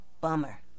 Bummer